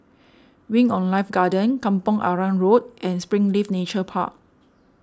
Wing on Life Garden Kampong Arang Road and Springleaf Nature Park